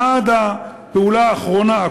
עד הפעולה האחרונה,